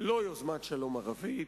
לא יוזמת שלום ערבית,